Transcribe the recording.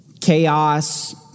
Chaos